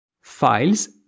files